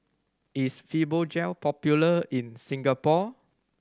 is Fibogel popular in Singapore